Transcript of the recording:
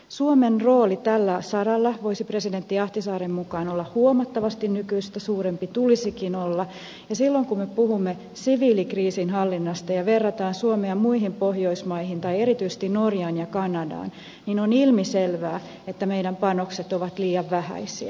suomen rooli tällä saralla voisi presidentti ahtisaaren mukaan olla huomattavasti nykyistä suurempi tulisikin olla ja silloin kun me puhumme siviilikriisinhallinnasta ja vertaamme suomea muihin pohjoismaihin tai erityisesti norjaan ja kanadaan on ilmiselvää että meidän panoksemme ovat liian vähäisiä